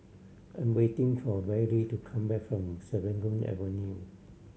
I'm waiting for Bailey to come back from Serangoon Avenue